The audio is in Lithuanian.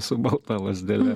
su balta lazdele